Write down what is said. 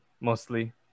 mostly